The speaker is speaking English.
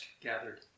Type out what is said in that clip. gathered